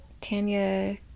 Tanya